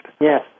Yes